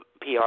PR